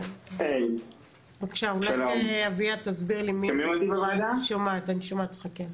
אולי אביה תסביר לי מי מתקצב את זה.